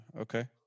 Okay